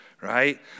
right